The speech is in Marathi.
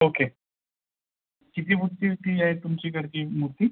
ओके किती फूटची आहे ती तुमची घरची मूर्ती